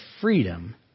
freedom